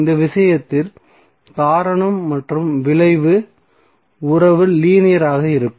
இந்த விஷயத்தில் காரணம் மற்றும் விளைவு உறவு லீனியர் ஆக இருக்கும்